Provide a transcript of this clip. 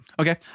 okay